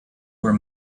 were